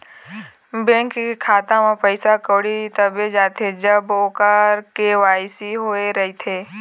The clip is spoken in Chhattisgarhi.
बेंक के खाता म पइसा कउड़ी तभे जाथे जब ओखर के.वाई.सी होए रहिथे